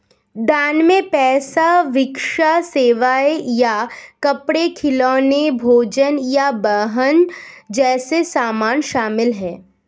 दान में पैसा भिक्षा सेवाएं या कपड़े खिलौने भोजन या वाहन जैसे सामान शामिल हैं